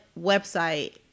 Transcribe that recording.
website